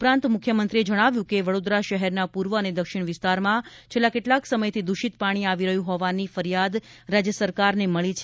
ઉપરાંત મુખ્યમંત્રીએ જણાવ્યું હતું કે વડોદરા શહેરના પૂર્વ અને દક્ષિણ વિસ્તારમાં છેલ્લાં કેટલાંક સમયથી દૂષિત પાણી આવી રહ્યું હોવાની ફરિયાદ રાજ્ય સરકારને મળી છે